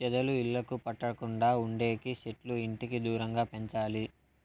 చెదలు ఇళ్లకు పట్టకుండా ఉండేకి సెట్లు ఇంటికి దూరంగా పెంచాలి